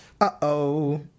Uh-oh